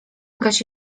gasi